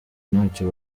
ntacyo